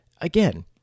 Again